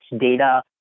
data